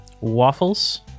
Waffles